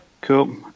Cool